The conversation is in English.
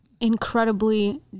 incredibly